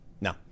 no